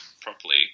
properly